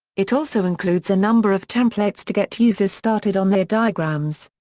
it also includes a number of templates to get users started on their diagrams.